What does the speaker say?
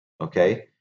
Okay